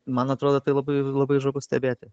man atrodo tai labai labai žavu stebėti